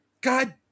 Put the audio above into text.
God